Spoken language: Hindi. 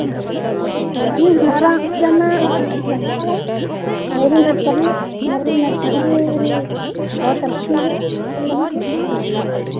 यहीं हमारा आना जाना रहता है मेरी नर्सरी मेरी नर्सरी ये बहुत अच्छी है चल रही है